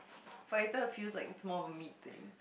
Fajita feels like its more of a meat thing